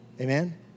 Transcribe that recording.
Amen